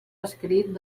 escrit